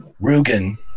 Rugen